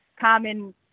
common